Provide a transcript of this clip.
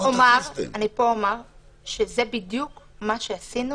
אני אומר שזה בדיוק מה שעשינו